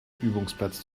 übungsplatz